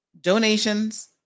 donations